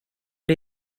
att